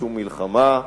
לשום מלחמה.